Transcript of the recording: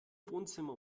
wohnzimmer